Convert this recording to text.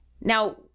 now